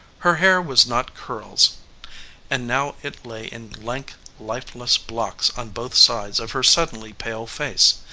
her hair was not curls and now it lay in lank lifeless blocks on both sides of her suddenly pale face.